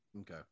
okay